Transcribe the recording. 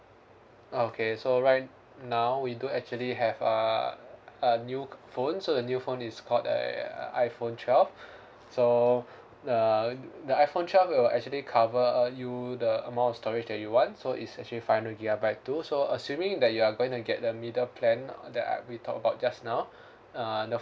okay so right now we do actually have err a new phone so the new phone is called uh iphone twelve so err the iphone twelve will actually cover uh you the amount of storage that you want so is actually five hundred gigabyte too so assuming that you are gonna get the middle plan uh that we talked about just now uh the